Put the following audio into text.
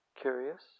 curious